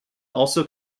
also